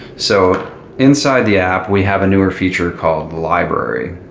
so inside the app, we have a newer feature called the library.